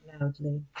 loudly